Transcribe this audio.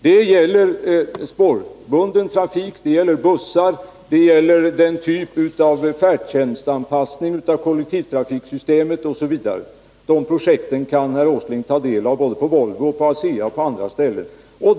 Det gäller spårbunden trafik, bussar, färdtjänstanpassning av kollektivtrafiksystemet osv. De projekten kan herr Åsling ta del av på både Volvo och ASEA samt på andra ställen.